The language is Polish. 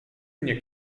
mnie